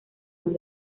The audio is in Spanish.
son